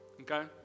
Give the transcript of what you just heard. okay